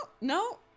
no